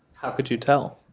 how could you tell?